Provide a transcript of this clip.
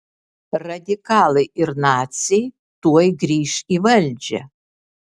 radikalai ir naciai tuoj grįš į valdžią